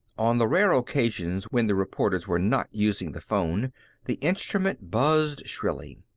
on the rare occasions when the reporters were not using the phone the instrument buzzed shrilly.